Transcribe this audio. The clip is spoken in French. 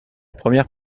première